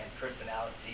personality